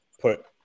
put